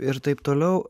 ir taip toliau